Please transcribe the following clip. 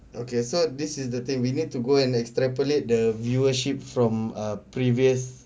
okay so this is the thing we need to go and extrapolate the viewership from a previous